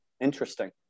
Interesting